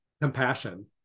compassion